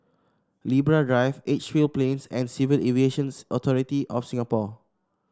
Libra Drive Edgefield Plains and Civil Aviation's Authority of Singapore